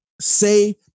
say